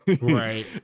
Right